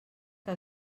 que